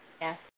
Yes